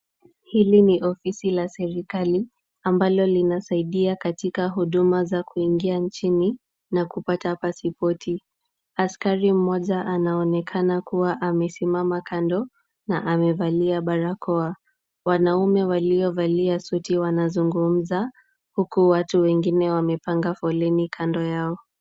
Hili ni ofisi la serikali, ambalo linasaidia katika huduma za kuingia nchini na kupata pasipoti. Askari mmoja anaonekana kuwa amesimama kando na amevalia barakoa. Wanaume waliovalia suti wanazungumza, huku watu wengine wamepanga foleni kando yao.